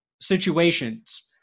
situations